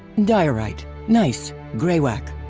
diorite, gneiss, grauwacke,